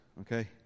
okay